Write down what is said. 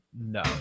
No